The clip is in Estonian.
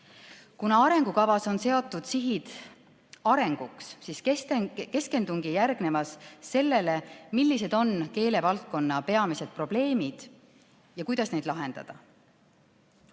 Kuna arengukavas on seatud sihid arenguks, siis keskendungi sellele, millised on keelevaldkonna peamised probleemid ja kuidas neid lahendada.